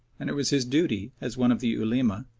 and it was his duty, as one of the ulema,